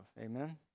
Amen